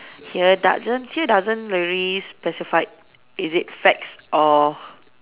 here doesn't here doesn't really specify is it facts or